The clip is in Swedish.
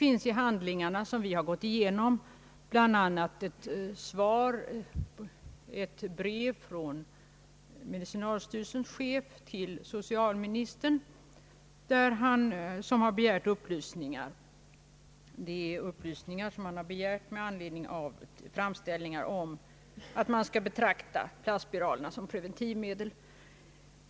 I de handlingar utskottet gått igenom finns det bl.a. ett brev från medicinalstyrelsens chef till socialministern, som begärt upplysningar om huruvida man skall betrakta plastspiralerna som pre ventivmedel.